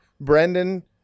Brendan